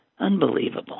Unbelievable